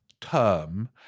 term